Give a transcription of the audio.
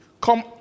come